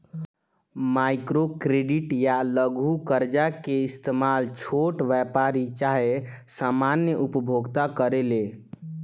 micro credit या लघु कर्जा के इस्तमाल छोट व्यापारी चाहे सामान्य उपभोक्ता करेले